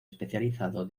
especializado